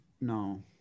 no